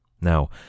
Now